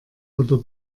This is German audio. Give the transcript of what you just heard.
oder